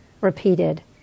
repeated